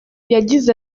yagize